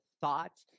thought